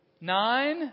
Nine